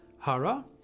Hara